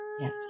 Yes